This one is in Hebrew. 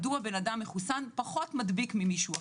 מדוע אדם מחוסן פחות מדביק ממישהו אחר,